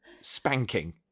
spanking